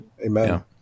amen